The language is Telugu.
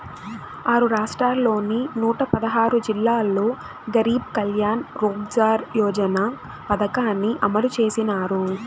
ఆరు రాష్ట్రాల్లోని నూట పదహారు జిల్లాల్లో గరీబ్ కళ్యాణ్ రోజ్గార్ యోజన పథకాన్ని అమలు చేసినారు